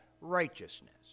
righteousness